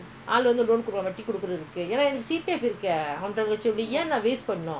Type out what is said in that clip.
அதான்என்னோடைய:athaan ennoodaya plan uh இல்லைனாநான்:illainaa naan L_P_A பத்திதா பேசணும்:pathithaa peesanum